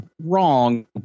wrong